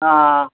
ஆ ஆ